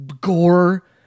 gore